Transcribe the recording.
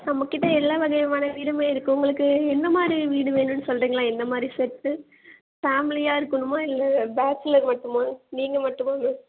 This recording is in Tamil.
நம்மகிட்ட எல்லா வகையுமான வீடுமே இருக்கு உங்களுக்கு எந்த மாரி வீடு வேணுன்னு சொல்லுறீங்களா எந்த மாரி செட்டு ஃபேமிலியாக இருக்கணுமா இல்லை பேச்சுலர் மட்டுமா நீங்கள் மட்டுமாங்க